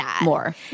more